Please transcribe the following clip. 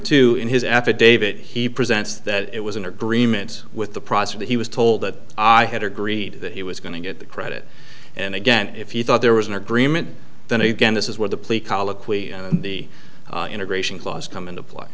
two in his affidavit he presents that it was an agreement with the process that he was told that i had agreed that he was going to get the credit and again if you thought there was an agreement then again this is where the plea colloquy the integration clause come into play